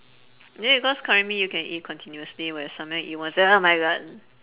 is it because curry mee you can eat continuously whereas samyang you eat once then oh my god